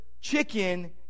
chicken